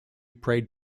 prayed